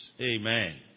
amen